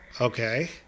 Okay